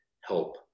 help